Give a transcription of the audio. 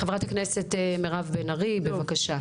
חברת הכנסת מירב בן ארי, בבקשה.